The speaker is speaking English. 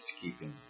keeping